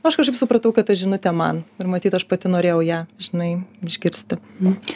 aš kažkaip supratau kad ta žinutė man ir matyt aš pati norėjau ją žinai išgirsti